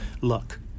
luck